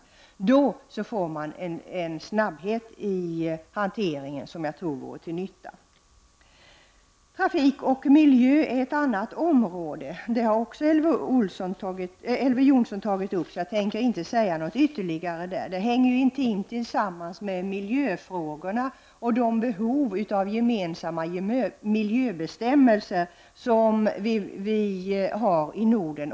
På detta sätt kan man få en snabbhet i hanteringen som jag tror vore till nytta. Trafik och miljö är andra områden, som också de har tagits upp av Elver Jonsson. Jag tänker därför inte säga något ytterligare i detta sammanhang. Detta hänger ju intimt samman med miljöfrågorna och behovet av gemensamma miljöbestämmelser i Norden.